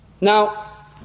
Now